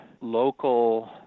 local